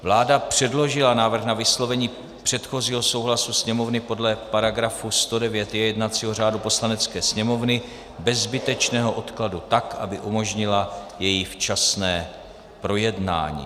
Vláda předložila návrh na vyslovení předchozího souhlasu Sněmovny podle § 109j jednacího řádu Poslanecké sněmovny bez zbytečného odkladu, tak aby umožnila její včasné projednání.